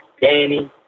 Danny